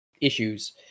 issues